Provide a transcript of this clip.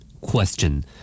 Question